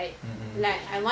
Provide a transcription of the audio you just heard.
mmhmm